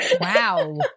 Wow